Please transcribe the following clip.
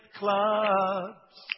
clubs